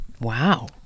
Wow